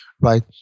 right